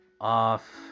off